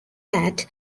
that